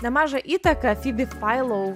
nemažą įtaką fibi failau